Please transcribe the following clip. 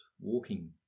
walking